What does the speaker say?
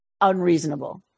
unreasonable